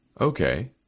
Okay